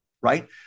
right